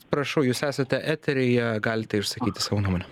prašau jūs esate eteryje galite išsakyti savo nuomonę